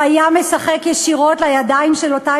הוא היה משחק ישירות לידיים של אותם